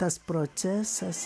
tas procesas